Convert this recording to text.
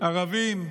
ערבים,